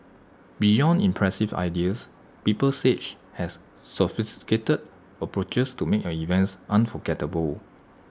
beyond impressive ideas people sage has sophisticated approaches to make your events unforgettable